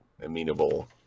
amenable